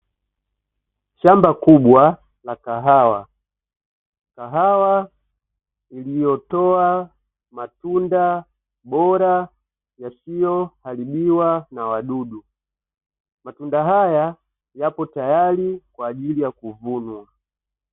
Shamba kubwa la kahawa, kahawa iliyotoa matunda bora yasiyoharibiwa na wadudu, matunda haya yapo tayari kwa ajili ya kuvunwa.